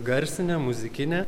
garsinė muzikinė